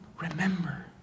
remember